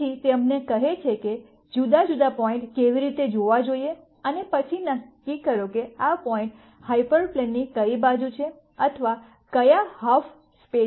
તેથી તે તમને કહે છે કે જુદા જુદા પોઇન્ટ કેવી રીતે જોવા જોઈએ અને પછી નક્કી કરો કે આ પોઇન્ટ હાઇપર પ્લેનની કઈ બાજુ છે અથવા કયા હાલ્ફ સ્પેસમાં છે